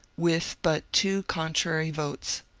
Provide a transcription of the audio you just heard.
with but two contrary votes.